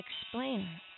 Explain